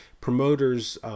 Promoters